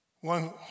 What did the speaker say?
One